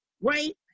right